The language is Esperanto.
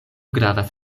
gravas